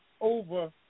over